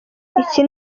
iki